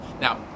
now